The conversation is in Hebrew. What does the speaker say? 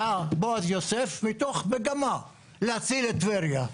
בא בועז יוסף מתוך מגמה להציל את טבריה.